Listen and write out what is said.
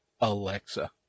Alexa